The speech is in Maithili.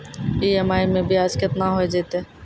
ई.एम.आई मैं ब्याज केतना हो जयतै?